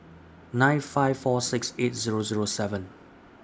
nine five four six eight Zero Zero seven